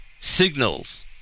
signals